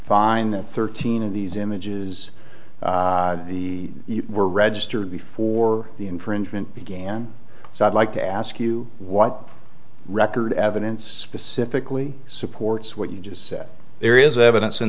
find that thirteen of these images the were registered before the infringement began so i'd like to ask you what record evidence specifically supports what you just said there is evidence in